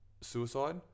suicide